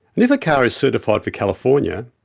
and if a car is certified for california,